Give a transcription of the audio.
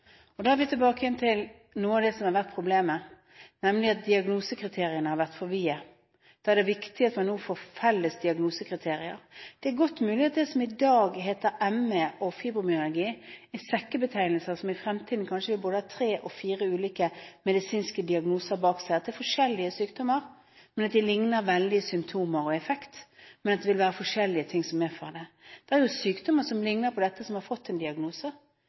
respons. Da er vi tilbake igjen til noe av det som har vært problemet, nemlig at diagnosekriteriene har vært for vide. Da er det viktig at man nå får felles diagnosekriterier. Det er godt mulig at det som i dag heter ME og fibromyalgi, er sekkebetegnelser som i fremtiden kanskje vil ha både tre og fire ulike medisinske diagnoser bak seg – at det er forskjellige sykdommer, men at de likner veldig i symptomer og effekt, men at det vil være forskjellige ting som medfører det. Det er sykdommer som likner på dette, som har fått en diagnose.